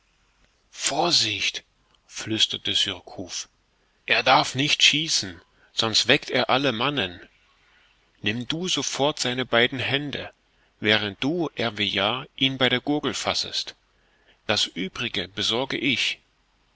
vorsicht flüsterte surcouf er darf nicht schießen sonst weckt er alle mannen nimm du sofort seine beiden hände während du ervillard ihn bei der gurgel fassest das uebrige besorge ich